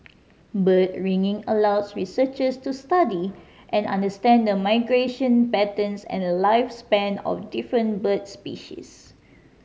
bird ringing allows researchers to study and understand the migration patterns and lifespan of different bird species